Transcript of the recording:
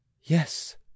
yes